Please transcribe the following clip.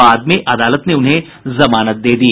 बाद में अदालत ने उन्हें जमानत दे दी